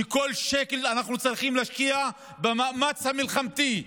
שכל שקל אנחנו צריכים להשקיע במאמץ המלחמתי,